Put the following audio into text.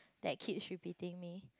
that keeps repeating me